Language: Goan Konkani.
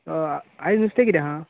आयज नुस्ते कितें आसा